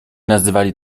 nazywali